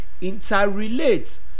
interrelate